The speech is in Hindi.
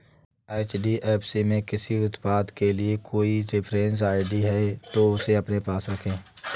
एच.डी.एफ.सी में किसी उत्पाद के लिए कोई रेफरेंस आई.डी है, तो उसे अपने पास रखें